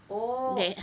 oh